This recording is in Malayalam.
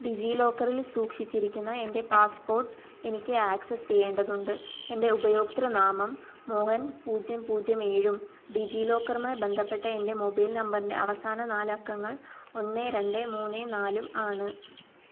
ഡിജീലോക്കറിൽ സൂക്ഷിച്ചിരിക്കുന്ന എന്റെ പാസ്പ്പോട്ട് എനിക്ക് ആക്സസ് ചെയ്യേണ്ടതുണ്ട് എന്റെ ഉപഭോക്തൃ നാമം മോഹൻ പൂജ്യം പൂജ്യം ഏഴും ഡിജീലോക്കറുമായി ബന്ധപ്പെട്ട എന്റെ മൊബൈൽ നമ്പറിന്റെ അവസാന നാലക്കങ്ങൾ ഒന്ന് രണ്ട് മുന്ന് നാലും ആണ്